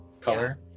color